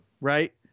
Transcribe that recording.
right